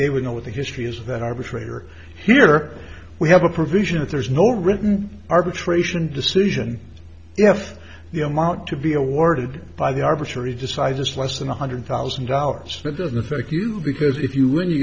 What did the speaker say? they would know what the history is that arbitrator here we have a provision that there's no written arbitration decision if the amount to be awarded by the arbitrary decides is less than one hundred thousand dollars that doesn't affect you because if you win you